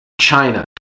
China